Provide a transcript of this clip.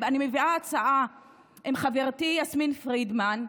אני מביאה הצעה עם חברתי יסמין פרידמן,